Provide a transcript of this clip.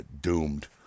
doomed